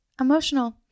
emotional